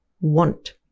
want